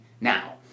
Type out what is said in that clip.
Now